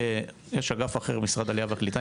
יש אגף אחר במשרד העלייה והקליטה,